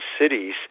cities